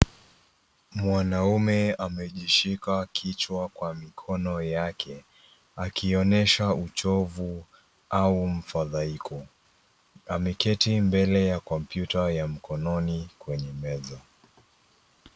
Mwanaume amejishika kichwa kwa mikono yake akionyesha uchovu au mfadhaiko. Ameketi mbele ya kompyuta ya mkononi kwenye meza.